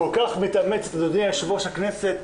כל כך מתאמצת, אדוני יושב-ראש הכנסת,